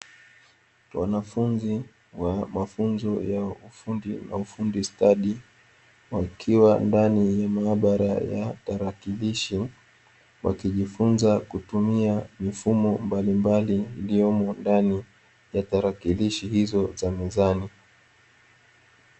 Wanafunzi wa mafunzo ya ufundi na ufundi stadi, wakiwa ndani ya maabara ya tarakilishi wakijifunza kutumia mifumo mbalimbali iliyomo ndani ya tarakilishi hizo za mizani.